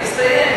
אם זה יסתיים,